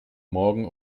morgen